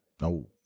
No